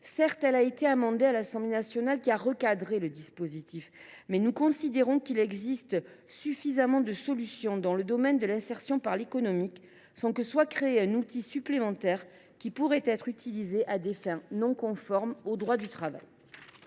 Certes, l’Assemblée nationale a recadré le dispositif par voie d’amendement, mais nous considérons qu’il existe suffisamment de solutions dans le domaine de l’insertion par l’économie sans que soit créé un outil supplémentaire qui pourrait être utilisé à des fins non conformes au droit du travail.